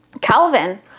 Calvin